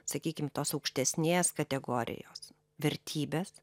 sakykim tos aukštesnės kategorijos vertybes